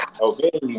Okay